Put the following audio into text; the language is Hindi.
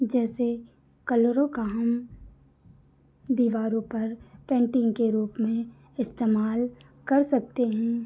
जैसे कलरों का हम दीवारों पर पेन्टिंग के रूप में इस्तेमाल कर सकते हें